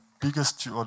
biggest